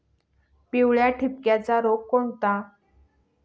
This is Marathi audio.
पिवळ्या ठिपक्याचा रोग कोणता?